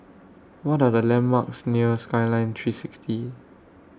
What Are The landmarks near Skyline three sixty